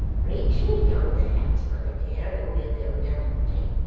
reach me yonder hat, my dear, and we'll go directly